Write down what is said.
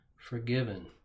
forgiven